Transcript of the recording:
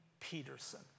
Peterson